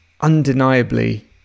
undeniably